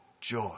joy